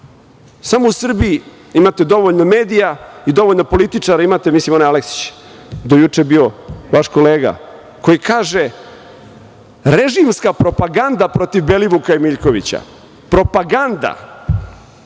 Samo u Srbiji imate dovoljno medija i dovoljno političara, imate, mislim onaj Aleksić, do juče je bio vaš kolega, koji kaže – režimska propaganda protiv Belivuka i Miljkovića, propaganda.